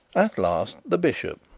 at last the bishop,